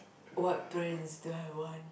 what brands do I want